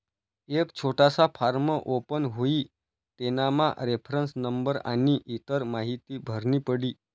एक छोटासा form open हुई तेनामा रेफरन्स नंबर आनी इतर माहीती भरनी पडी